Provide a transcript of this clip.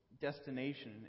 destination